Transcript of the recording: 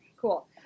cool